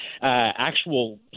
actual